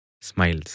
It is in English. smiles